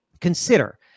Consider